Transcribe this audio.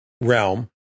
realm